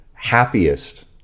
Happiest